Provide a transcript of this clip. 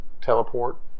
Teleport